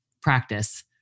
practice